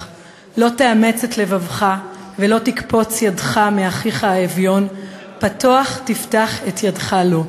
לא תאמץ את לבבך ולא תקפֹץ ידך מאחיך האביון כי פתֹח תפתח את ידך לו".